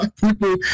people